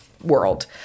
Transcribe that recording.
world